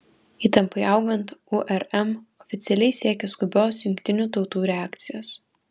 įtampai augant urm oficialiai siekia skubios jungtinių tautų reakcijos